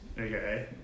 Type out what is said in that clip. Okay